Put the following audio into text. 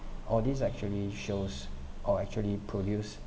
all this actually shows or actually produce